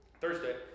Thursday